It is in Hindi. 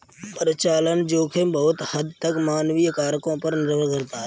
परिचालन जोखिम बहुत हद तक मानवीय कारकों पर निर्भर करता है